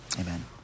Amen